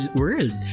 world